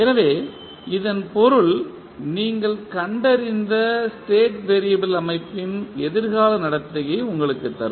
எனவே இதன் பொருள் நீங்கள் கண்டறிந்த ஸ்டேட் வெறியபிள் அமைப்பின் எதிர்கால நடத்தையை உங்களுக்குத் தரும்